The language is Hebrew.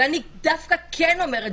ואני דווקא כן אומרת,